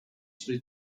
three